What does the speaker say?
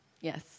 Yes